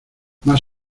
más